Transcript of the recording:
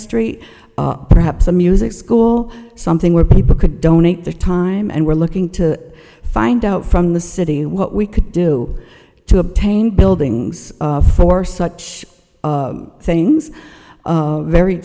story perhaps a music school something where people could donate their time and we're looking to find out from the city what we could do to obtain buildings for such things very